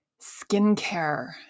skincare